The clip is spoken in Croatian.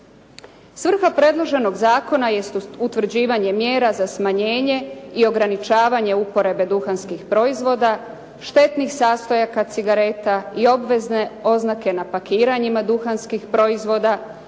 Svrha predloženog zakona je utvrđivanje mjera za smanjenje i ograničavanje uporabe duhanskih proizvoda, štetnih sastojaka cigareta i obvezne oznake na pakiranjima duhanskih proizvoda,